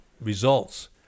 results